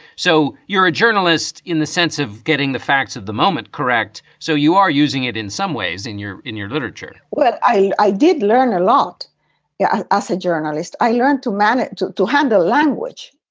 so you're a journalist in the sense of getting the facts of the moment correct. so you are using it in some ways in your in your literature what i i did learn a lot yeah a ah so journalist, i learned to manage to handle language.